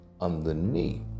underneath